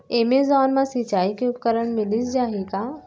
Amazon मा सिंचाई के उपकरण मिलिस जाही का?